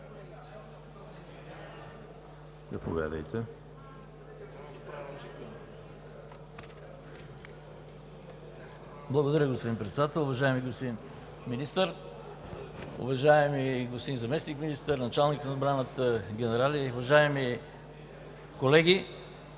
Благодаря, господин Председател. Уважаеми господин Министър, уважаеми господин Заместник-министър, Началник на отбраната, генерали, уважаеми колеги!